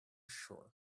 sure